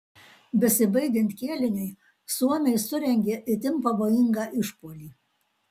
besibaigiant kėliniui suomiai surengė itin pavojingą išpuolį